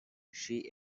she